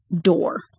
door